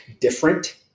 different